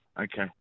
Okay